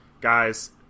Guys